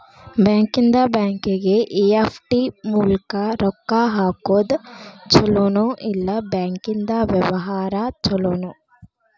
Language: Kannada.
ಬ್ಯಾಂಕಿಂದಾ ಬ್ಯಾಂಕಿಗೆ ಇ.ಎಫ್.ಟಿ ಮೂಲ್ಕ್ ರೊಕ್ಕಾ ಹಾಕೊದ್ ಛಲೊನೊ, ಇಲ್ಲಾ ಬ್ಯಾಂಕಿಂದಾ ವ್ಯವಹಾರಾ ಛೊಲೊನೊ?